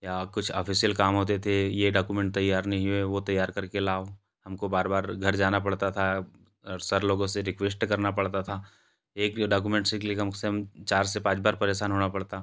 या कुछ ऑफिसियल काम होते थे यह डॉकुमेंट तैयार नहीं है वह तैयार करके लाओ हमको बार बार घर जाना पड़ता था सर लोगों से रिक्वेस्ट करना पड़ता था एक डॉकुमेंट्स के लिए कम से कम चार से पाँच बार परेशान होना पड़ता